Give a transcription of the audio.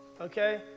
Okay